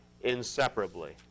inseparably